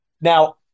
now